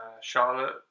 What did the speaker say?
Charlotte